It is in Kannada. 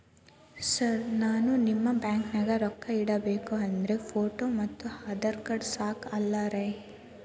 ಸರ್ ನಾನು ನಿಮ್ಮ ಬ್ಯಾಂಕನಾಗ ರೊಕ್ಕ ಇಡಬೇಕು ಅಂದ್ರೇ ಫೋಟೋ ಮತ್ತು ಆಧಾರ್ ಕಾರ್ಡ್ ಸಾಕ ಅಲ್ಲರೇ?